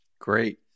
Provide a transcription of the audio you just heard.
Great